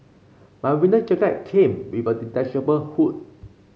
my winter jacket came with a detachable hood